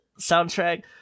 soundtrack